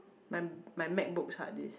my my mac book's hard disk